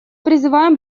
призываем